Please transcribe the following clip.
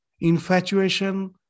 infatuation